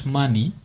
money